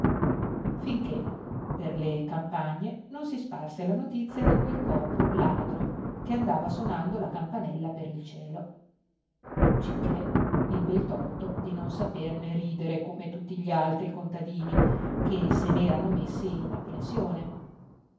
finché per le campagne non si sparse la notizia di quel corvo ladro che andava sonando la campanella per il cielo cichè ebbe il torto di non saperne ridere come tutti gli altri contadini che se n'erano messi in apprensione